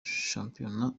shampiyona